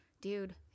Dude